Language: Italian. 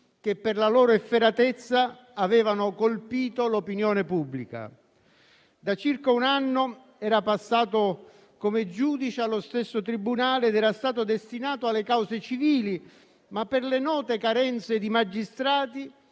che, per la loro efferatezza, avevano colpito l'opinione pubblica. Da circa un anno era passato come giudice allo stesso tribunale ed era stato destinato alle cause civili, ma per le note carenze di magistrati